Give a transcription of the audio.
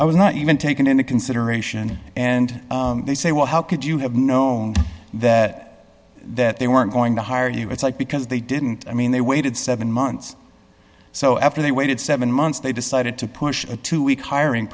i was not even taken into consideration and they say well how could you have known that that they weren't going to hire you it's like because they didn't i mean they waited seven months so after they waited seven months they decided to push a two week hiring